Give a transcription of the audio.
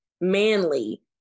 manly